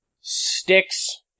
sticks